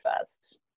first